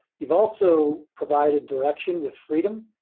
you've also provided direction with freedom,